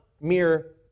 mere